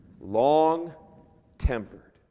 Long-tempered